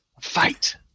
fight